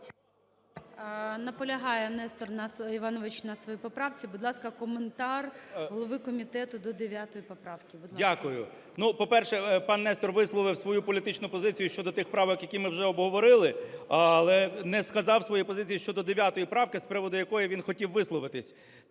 Наполягає Нестор Іванович на своїй поправці. Будь ласка, коментар голови комітету до 9 поправки. Будь ласка. 12:59:23 КНЯЖИЦЬКИЙ М.Л. Дякую. Ну, по-перше, пан Нестор висловив свою політичну позицію щодо тих правок, які ми вже обговорили, але не сказав своєї позиції щодо 9 правки, з приводу якої він хотів висловитись.